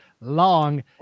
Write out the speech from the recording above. long